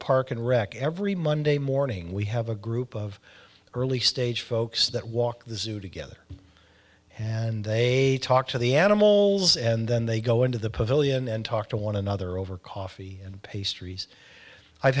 park and rec every monday morning we have a group of early stage folks that walk the zoo together and they talk to the animals and then they go into the pavilion and talk to one another over coffee and pastries i'